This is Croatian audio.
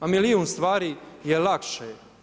A milijun stvari je lakše.